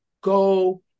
go